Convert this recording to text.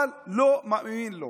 אבל לא מאמינים לו.